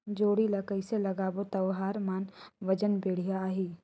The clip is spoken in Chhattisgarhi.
जोणी ला कइसे लगाबो ता ओहार मान वजन बेडिया आही?